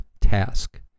task